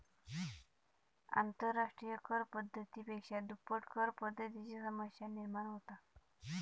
आंतरराष्ट्रिय कर पद्धती पेक्षा दुप्पट करपद्धतीची समस्या निर्माण होता